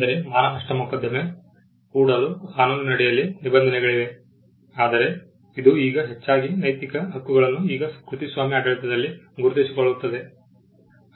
ಅಂದರೆ ಮಾನನಷ್ಟ ಮೊಕದ್ದಮೆ ಹೂಡಲು ಕಾನೂನಿನಡಿಯಲ್ಲಿ ನಿಬಂಧನೆಗಳಿವೆ ಆದರೆ ಇದು ಈಗ ಹೆಚ್ಚಾಗಿ ನೈತಿಕ ಹಕ್ಕುಗಳನ್ನು ಈಗ ಕೃತಿಸ್ವಾಮ್ಯ ಆಡಳಿತದಲ್ಲಿ ಗುರುತಿಸಿಕೊಳ್ಳುತ್ತದೆ